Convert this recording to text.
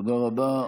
תודה רבה.